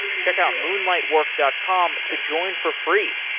check out moonlightwork dot com to join for free.